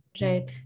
Right